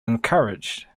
encouraged